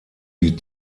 die